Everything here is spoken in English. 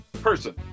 Person